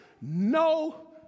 no